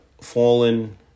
fallen